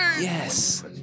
Yes